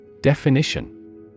Definition